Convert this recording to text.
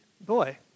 boy